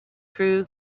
crew